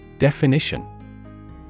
Definition